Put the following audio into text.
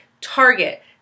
Target